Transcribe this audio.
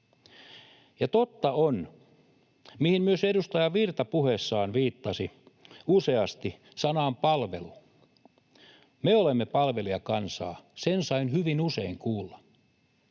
Ja totta on, kun myös edustaja Virta puheessaan viittasi useasti sanaan ”palvelu”, että me olemme palvelijakansaa, sen sain hyvin usein kuulla